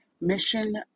mission